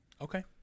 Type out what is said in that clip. Okay